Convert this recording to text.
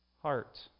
heart